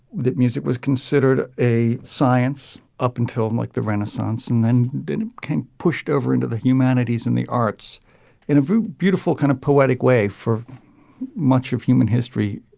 that music was considered a science up until like the renaissance and then then came pushed over into the humanities and the arts in a beautiful kind of poetic way for much of human history.